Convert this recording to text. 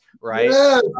right